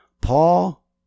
Paul